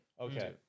Okay